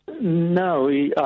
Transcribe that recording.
No